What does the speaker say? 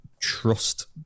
trust